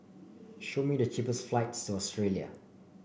show me the cheapest flights to Australia